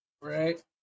Right